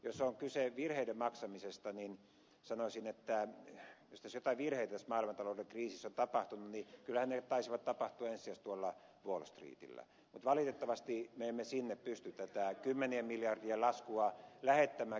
jos on kyse virheiden maksamisesta niin sanoisin että jos jotain virheitä tässä maailmantalouden kriisissä on tapahtunut niin kyllähän ne taisivat tapahtua ensisijaisesti tuolla wall streetillä mutta valitettavasti me emme sinne pysty tätä kymmenien miljardien laskua lähettämään